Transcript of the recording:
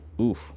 oof